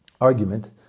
argument